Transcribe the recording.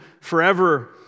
forever